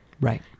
Right